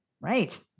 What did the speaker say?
Right